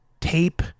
tape